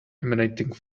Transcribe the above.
emanating